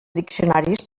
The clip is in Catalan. diccionaris